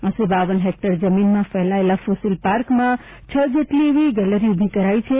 આશરે બાવન હેકટર જમીનમાં ફેલાયેલા ફોસિલ પાર્કમાં હ જેટલી એવી ગેલેરી ઉભી કરાઇ છે